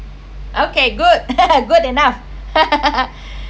okay good good enough